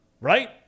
right